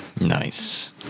Nice